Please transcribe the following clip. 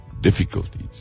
difficulties